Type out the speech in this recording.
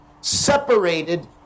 separated